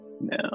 No